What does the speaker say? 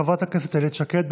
חברת הכנסת איילת שקד.